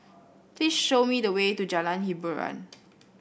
please show me the way to Jalan Hiboran